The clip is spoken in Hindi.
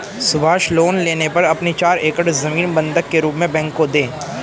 सुभाष लोन लेने पर अपनी चार एकड़ जमीन बंधक के रूप में बैंक को दें